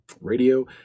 radio